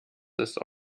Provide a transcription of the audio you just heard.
ist